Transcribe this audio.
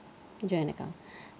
joint account